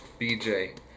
BJ